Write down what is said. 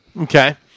Okay